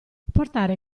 portare